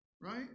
right